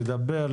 לדבר,